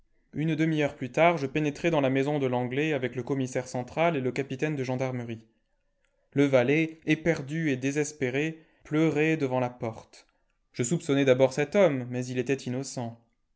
une demi-heure plus tard je pénétrais dans la maison de l'anglais avec le commissaire central et le capitaine de gendarmerie le valet éperdu et désespéré pleurait devant la porte je soupçonnai d'abord cet homme mais il était innocent